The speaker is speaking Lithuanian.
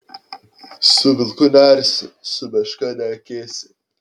su vilku nearsi su meška neakėsi